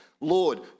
Lord